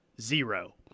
zero